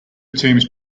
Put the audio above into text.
teams